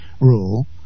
rule